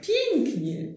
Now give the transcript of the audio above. Pięknie